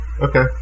Okay